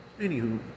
Anywho